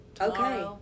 Okay